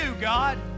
God